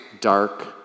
dark